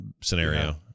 scenario